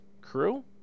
crew